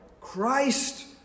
Christ